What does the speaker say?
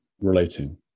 relating